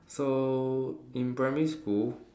so in primary school